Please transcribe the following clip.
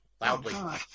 loudly